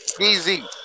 Easy